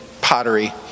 pottery